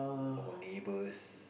or neighbors